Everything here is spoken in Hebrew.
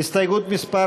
הסתייגות מס'